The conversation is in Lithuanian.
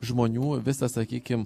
žmonių visas sakykim